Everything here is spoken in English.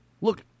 Look